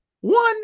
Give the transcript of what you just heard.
one